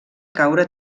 caure